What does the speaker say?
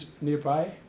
nearby